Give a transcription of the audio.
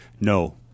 No